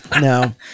No